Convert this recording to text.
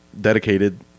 dedicated